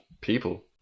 people